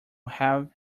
have